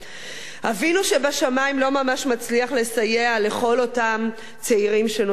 אבינו שבשמים לא ממש מצליח לסייע לכל אותם צעירים שנושאים בנטל.